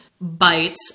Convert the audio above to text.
bites